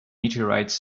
meteorites